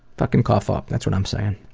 fucking cough up, that's what i'm saying.